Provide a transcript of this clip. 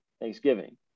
Thanksgiving